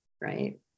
Right